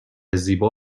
زیبا